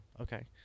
Okay